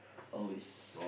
oh is